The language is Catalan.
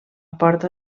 porta